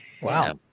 wow